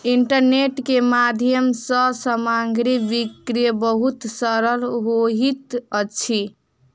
internet के माध्यम सँ सामग्री बिक्री बहुत सरल होइत अछि